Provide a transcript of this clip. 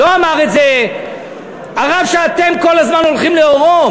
לא אמר את זה הרב שאתם כל הזמן הולכים לאורו,